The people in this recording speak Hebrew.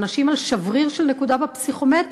אנשים על שבריר של נקודה בפסיכומטרי